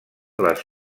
les